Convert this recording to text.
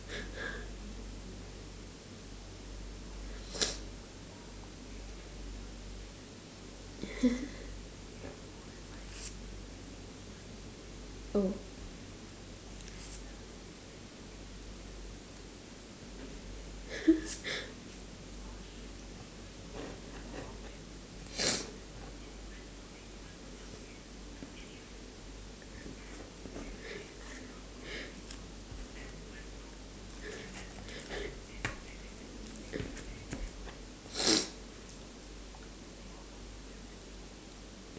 oh